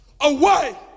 Away